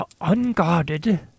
unguarded